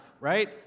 right